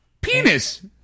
Penis